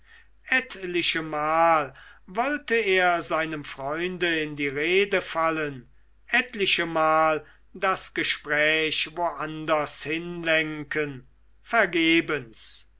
etlichemal wollte er seinem freunde in die rede fallen etlichemal das gespräch woanders hinlenken vergebens